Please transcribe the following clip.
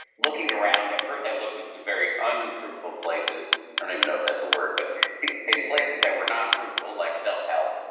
looking around, at first i looked in some very unfruitful places, i don't even know if that's a word, but in places that were not fruitful, like self help,